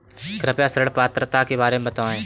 कृपया ऋण पात्रता के बारे में बताएँ?